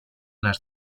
las